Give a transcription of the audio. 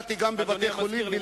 אני ביקרתי גם בבתי-חולים, מאה אחוז.